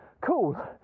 cool